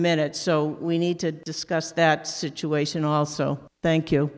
minute so we need to discuss that situation also thank you